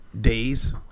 days